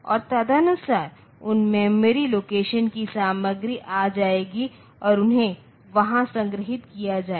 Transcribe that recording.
और तदनुसार उन मेमोरी लोकेशन की सामग्री आ जाएगी और उन्हें वहां संग्रहीत किया जाएगा